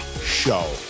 Show